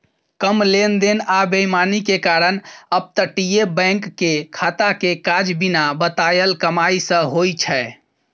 कम लेन देन आ बेईमानी के कारण अपतटीय बैंक के खाता के काज बिना बताएल कमाई सँ होइ छै